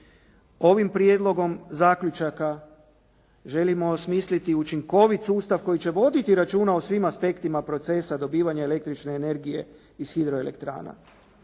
Ovim prijedlogom zaključaka želimo osmisliti učinkovit sustav koji će voditi računa o svim aspektima procesa dobivanja električne energije iz hidroelektrana.